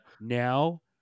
Now